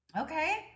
Okay